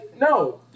No